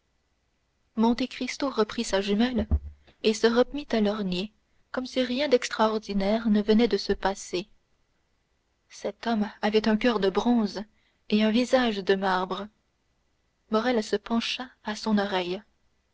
porte monte cristo reprit sa jumelle et se remit à lorgner comme si rien d'extraordinaire ne venait de se passer cet homme avait un coeur de bronze et un visage de marbre morrel se pencha à son oreille